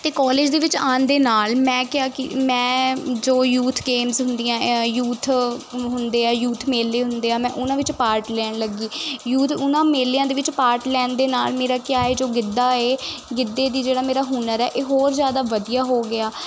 ਅਤੇ ਕਾਲਜ ਦੇ ਵਿੱਚ ਆਉਣ ਦੇ ਨਾਲ ਮੈਂ ਕਿਹਾ ਕਿ ਮੈਂ ਜੋ ਯੂਥ ਗੇਮਸ ਹੁੰਦੀਆਂ ਯੂਥ ਹੁੰਦੇ ਆ ਯੂਥ ਮੇਲੇ ਹੁੰਦੇ ਆ ਮੈਂ ਉਹਨਾਂ ਵਿੱਚ ਪਾਰਟ ਲੈਣ ਲੱਗੀ ਯੂਥ ਉਹਨਾਂ ਮੇਲਿਆਂ ਦੇ ਵਿੱਚ ਪਾਰਟ ਲੈਣ ਦੇ ਨਾਲ ਮੇਰਾ ਕਿਆ ਹੈ ਜੋ ਗਿੱਧਾ ਏ ਗਿੱਧੇ ਦੀ ਜਿਹੜਾ ਮੇਰਾ ਹੁਨਰ ਹੈ ਇਹ ਹੋਰ ਜ਼ਿਆਦਾ ਵਧੀਆ ਹੋ ਗਿਆ